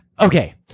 Okay